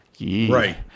right